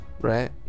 right